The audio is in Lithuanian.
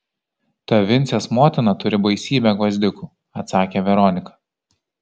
ta vincės motina turi baisybę gvazdikų atsakė veronika